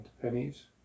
pennies